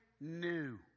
new